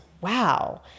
wow